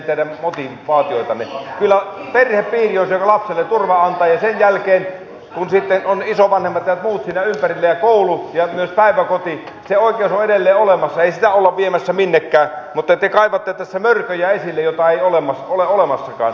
kyllä perhepiiri on se joka lapselle turvaa antaa ja sen jälkeen sitten on isovanhemmat ja muut siinä ympärillä ja koulu ja myös päiväkoti se oikeus on edelleen olemassa ei sitä olla viemässä minnekään mutta te kaivatte tässä mörköjä esille joita ei ole olemassakaan